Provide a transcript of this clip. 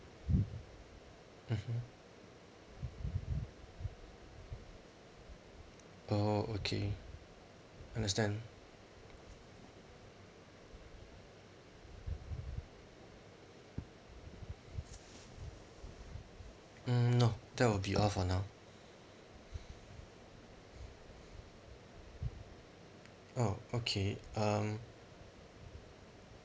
mmhmm oh okay understand mm no that will be all for now oh okay um